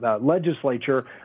legislature